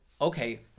Okay